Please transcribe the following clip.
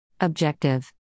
Objective